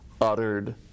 uttered